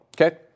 Okay